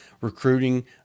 recruiting